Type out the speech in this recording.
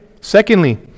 Secondly